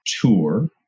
tour